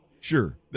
Sure